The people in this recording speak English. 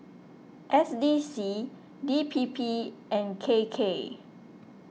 S D C D P P and K K